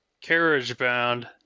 carriage-bound